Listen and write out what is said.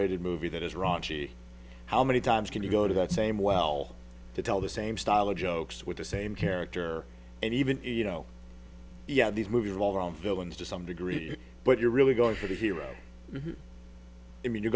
rated movie that is raunchy how many times can you go to that same well to tell the same style of jokes with the same character and even you know yeah these movies of all the ones to some degree but you're really going for the hero i mean you